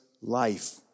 life